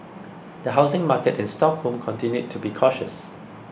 the housing market in Stockholm continued to be cautious